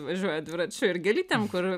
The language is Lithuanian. važiuoja dviračiu ir gėlytėm kur